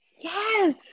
yes